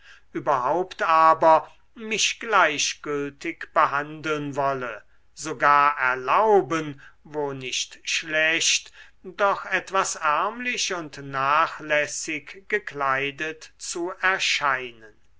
überhaupt aber mich gleichgültig behandeln wolle sogar erlauben wo nicht schlecht doch etwas ärmlich und nachlässig gekleidet zu erscheinen